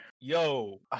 Yo